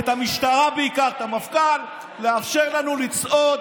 את המשטרה ובעיקר את המפכ"ל לאפשר לנו לצעוד